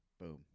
Boom